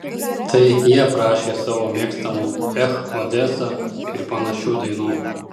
tai jie prašė savo mėgstamų ech odesa ir panašių dainų